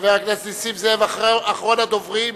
חבר הכנסת נסים זאב, אחרון הדוברים.